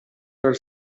dal